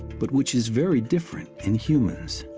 but which is very different in humans.